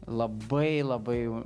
labai labai